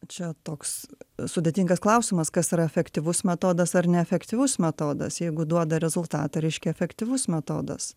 čia toks sudėtingas klausimas kas yra efektyvus metodas ar neefektyvus metodas jeigu duoda rezultatą reiškia efektyvus metodas